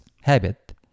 habit